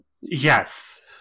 Yes